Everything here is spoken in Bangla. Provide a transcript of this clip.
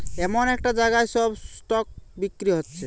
এমন একটা জাগায় সব স্টক বিক্রি হচ্ছে